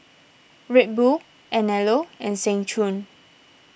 Red Bull Anello and Seng Choon